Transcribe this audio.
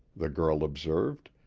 the girl observed,